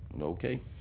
Okay